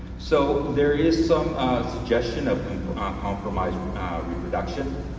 so there is some suggestion of ah compromised reproduction,